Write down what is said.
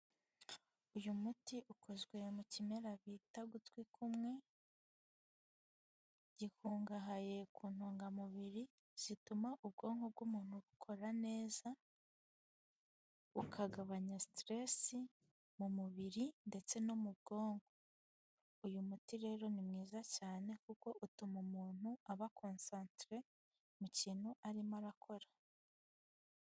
Uyu muti ukozwe mu kimera bita gutwi kumwe gikungahaye ku ntungamubiri zituma ubwonko bw'umuntu bukora neza, ukagabanya siteresi mu mubiri ndetse no mu bwonko, uyu muti rero ni mwiza cyane kuko utuma umuntu aba konsantere mu kintu arimo arakora.